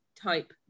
Type